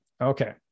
Okay